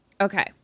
okay